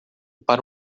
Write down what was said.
para